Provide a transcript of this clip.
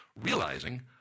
realizing